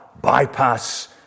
Bypass